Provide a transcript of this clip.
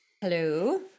Hello